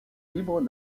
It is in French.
libre